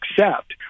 accept